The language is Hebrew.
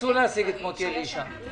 תנסו להשיג לי את מוטי אלישע.